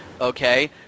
Okay